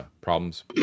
problems